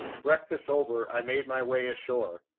breakfast over, i made my way ashore.